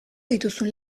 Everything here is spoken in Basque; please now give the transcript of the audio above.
dituzun